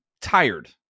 tired